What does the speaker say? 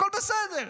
הכול בסדר.